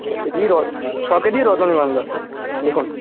ছ কে জির ছ কেজি রজনীগন্ধা লিখুন